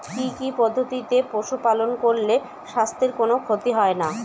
কি কি পদ্ধতিতে পশু পালন করলে স্বাস্থ্যের কোন ক্ষতি হয় না?